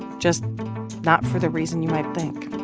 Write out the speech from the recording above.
just not for the reason you might think